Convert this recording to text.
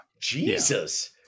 Jesus